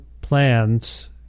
plans